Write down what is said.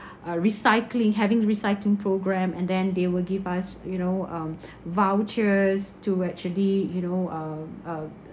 uh recycling having recycling programme and then they will give us you know um vouchers to actually you know uh uh